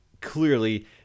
clearly